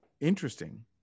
interesting